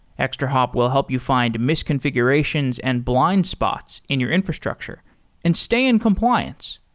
extrahop will help you find misconfigurations and blind spots in your infrastructure and stay in compliance.